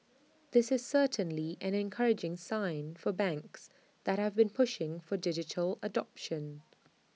this is certainly an encouraging sign for banks that have been pushing for digital adoption